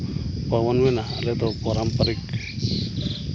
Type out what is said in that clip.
ᱵᱟᱵᱚᱱ ᱢᱮᱱᱟ ᱟᱞᱮ ᱫᱚ ᱯᱚᱨᱚᱢ ᱯᱚᱨᱤᱠ